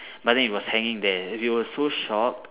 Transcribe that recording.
but then it was hanging there we were so shocked